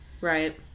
Right